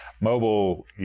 mobile